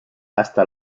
hasta